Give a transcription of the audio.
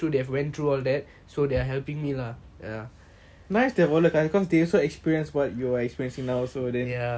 nice to have older cousins because they also experience what you are experiencing now so then ya then they give you like legit real time real life advice